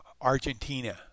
Argentina